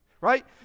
right